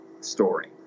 story